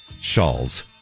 shawls